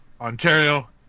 Ontario